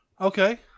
Okay